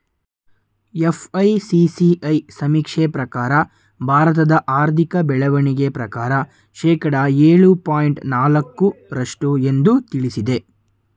FICCI ಸಮೀಕ್ಷೆ ಪ್ರಕಾರ ಭಾರತದ ಆರ್ಥಿಕ ಬೆಳವಣಿಗೆ ಪ್ರಕಾರ ಶೇಕಡ ಏಳು ಪಾಯಿಂಟ್ ನಾಲಕ್ಕು ರಷ್ಟು ಎಂದು ತಿಳಿಸಿದೆ